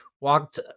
Walked